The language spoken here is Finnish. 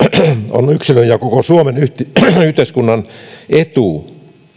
on yksilön ja koko suomen yhteiskunnan etu